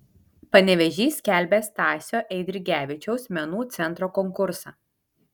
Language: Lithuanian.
panevėžys skelbia stasio eidrigevičiaus menų centro konkursą